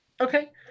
Okay